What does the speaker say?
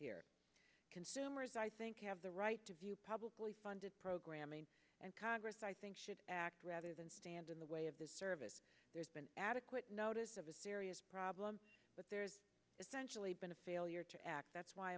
here consumers i think have the right to view publicly funded programming and congress i think should act rather than stand in the way of this service there's been adequate notice of a serious problem but there's essentially been a failure to act that's why